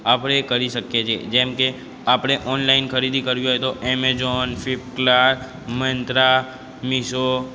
આપણે કરી શકીએ છીએ જેમ કે આપણે ઓનલાઇન ખરીદી કરવી હોય તો એમેજોન ફ્લિપક્લાટ મઇંત્રા મીશો